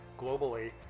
globally